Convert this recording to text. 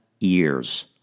years